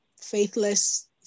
faithless